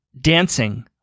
dancing